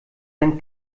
denn